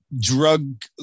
drug